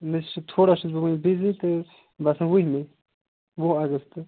مےٚ چھُ تھوڑا چھُس بہٕ وُنہِ بِزی تہٕ بہٕ آسَن وُہمہِ وُہ اَگستہٕ